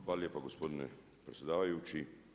Hvala lijepo gospodine predsjedavajući.